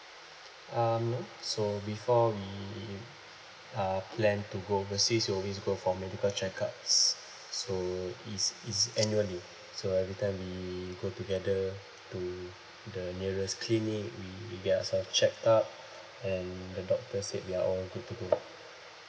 um no so before we uh plan to go overseas we always go for a medical check-up s~ so it it's annually so every time we go together to the nearest clinic we get ourself checked up and the doctor said we are all good to go